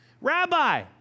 Rabbi